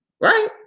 Right